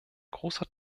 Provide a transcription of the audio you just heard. großer